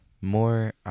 more